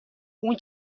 اون